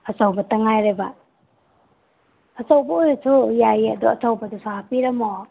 ꯑꯆꯧꯕꯇꯪ ꯉꯥꯏꯔꯦꯕ ꯑꯆꯧꯕ ꯑꯣꯏꯔꯁꯨ ꯌꯥꯏꯌꯦ ꯑꯗꯣ ꯑꯆꯧꯕꯗꯨꯁꯨ ꯍꯥꯞꯄꯤꯔꯝꯃꯣ